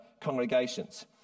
congregations